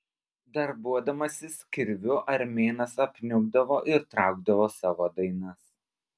darbuodamasis kirviu armėnas apniukdavo ir traukdavo savo dainas